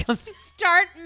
Start